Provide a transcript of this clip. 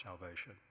salvation